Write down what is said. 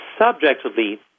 subjectively